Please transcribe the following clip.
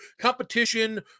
competition